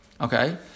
Okay